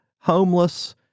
homeless